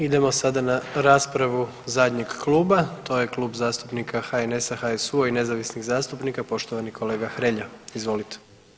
Idemo sada na raspravu zadnjeg kluba, to je Klub zastupnika HNS-a HSU-a i Nezavisnih zastupnika, poštovani kolega Hrelja, izvolite.